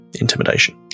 intimidation